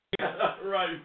Right